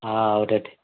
అవునండి